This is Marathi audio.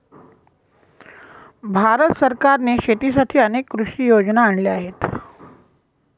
भारत सरकारने शेतीसाठी अनेक कृषी योजना आणल्या आहेत